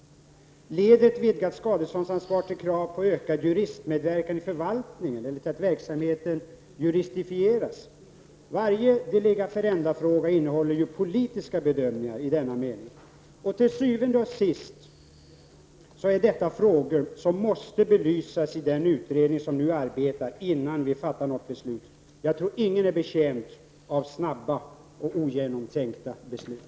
Leder ett vidgat skadeståndsansvar till krav på ökad juristmedverkan i förvaltningen, till att verksamheten ”juristifieras”? Varje de lege ferenda-fråga innehåller ju politiska bedömningar i denna mening. Til syvende og sidst är detta frågor som måste belysas i den utredning som nu arbetar innan vi fattar något beslut. Jag tror inte att någon är betjänt av snabba och ogenomtänkta beslut.